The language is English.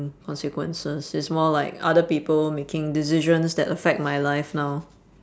consequences it's more like other people making decisions that affect my life now